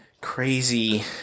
crazy